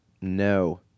no